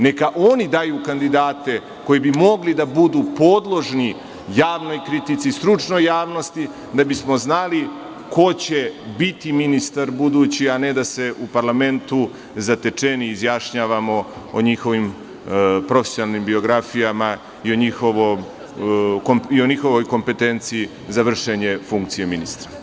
Neka oni daju kandidate koji bi mogli da budu podložni javnoj kritici, stručnoj javnosti, da bismo znali ko će biti budući ministar, a ne da se u parlamentu zatečeni izjašnjavamo o njihovim profesionalnim biografijama i o njihovoj kompetenciji za vršenje funkcije ministra.